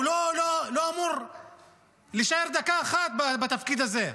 הוא לא אמור להישאר דקה אחת בתפקיד הזה.